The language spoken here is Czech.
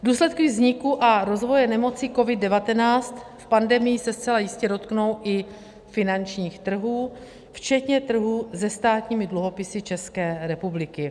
Důsledky vzniku a rozvoje nemoci COVID19 v pandemii se zcela jistě dotknou i finančních trhů včetně trhů se státními dluhopisy České republiky.